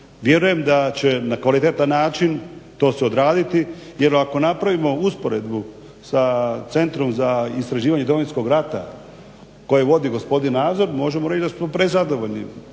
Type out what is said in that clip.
Vjerujem da će na kvalitetan način to se odraditi. Jer ako napravimo usporedbu sa Centrom za istraživanje Domovinskog rata kojeg vodi gospodin Nazor možemo reći da smo prezadovoljni.